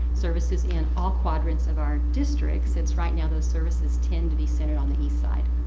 services in all quadrants of our district since right now those services tend to be centered on the east side.